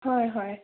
হয় হয়